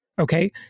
Okay